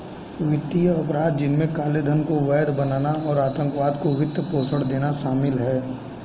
वित्तीय अपराध, जिनमें काले धन को वैध बनाना और आतंकवाद को वित्त पोषण देना शामिल है